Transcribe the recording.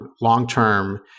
long-term